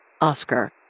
Oscar